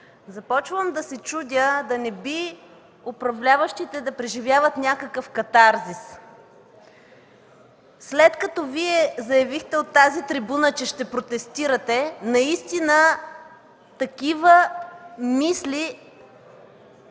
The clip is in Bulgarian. Започвам да се чудя да не би управляващите да преживяват някакъв катарзис. Вие заявихте от тази трибуна, че ще протестирате, наистина такива мисли...